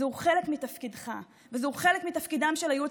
זהו חלק מתפקידך וזה חלק מתפקידו של הייעוץ